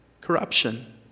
corruption